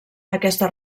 aquesta